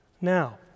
Now